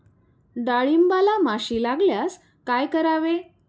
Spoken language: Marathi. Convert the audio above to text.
डाळींबाला माशी लागल्यास काय करावे?